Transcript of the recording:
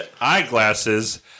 eyeglasses